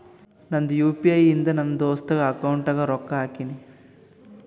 ನಂದ್ U P I ಇಂದ ನನ್ ದೋಸ್ತಾಗ್ ಅಕೌಂಟ್ಗ ರೊಕ್ಕಾ ಹಾಕಿನ್